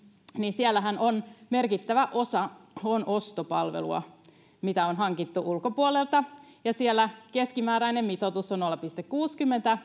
siellähän merkittävä osa on ostopalvelua mitä on hankittu ulkopuolelta ja siellä keskimääräinen mitoitus on nolla pilkku kuusikymmentä